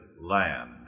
land